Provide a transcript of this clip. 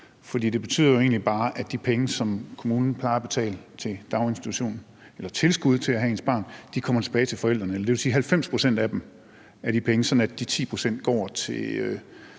egentlig bare, at de penge, som kommunen plejer at betale til daginstitutionen, eller tilskuddet til at have ens barn, kommer tilbage til forældrene – eller dvs. 90 pct. af de penge, sådan at de 10 pct. går til